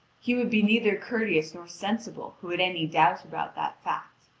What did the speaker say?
he would be neither courteous nor sensible who had any doubt about that fact.